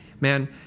man